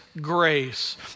grace